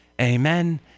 Amen